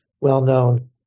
well-known